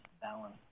balance